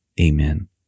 Amen